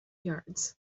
yards